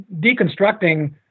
deconstructing